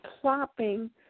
plopping